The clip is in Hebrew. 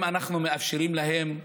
אם אנחנו מאפשרים להם ללמוד,